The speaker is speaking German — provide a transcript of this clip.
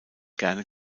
gerne